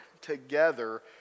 together